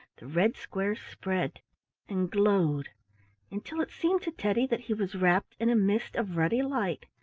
the red square spread and glowed until it seemed to teddy that he was wrapped in a mist of ruddy light.